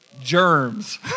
Germs